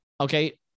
okay